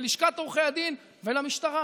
ללשכת עורכי הדין ולמשטרה.